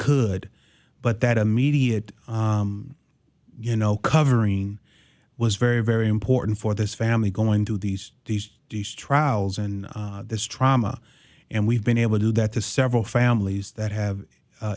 could but that immediate you know covering was very very important for this family going through these these these trials and this trauma and we've been able to that the several families that have